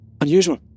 Unusual